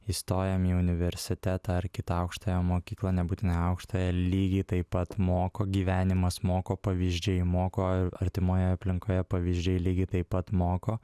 įstojam į universitetą ar kitą aukštąją mokyklą nebūtinai į aukštąją lygiai taip pat moko gyvenimas moko pavyzdžiai moko ir artimoje aplinkoje pavyzdžiui lygiai taip pat moko